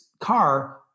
car